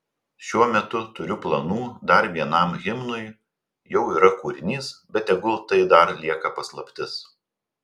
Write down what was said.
šiuo metu turiu planų dar vienam himnui jau yra kūrinys bet tegul tai dar lieka paslaptis